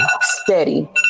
steady